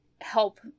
help